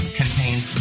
contains